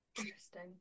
Interesting